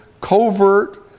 covert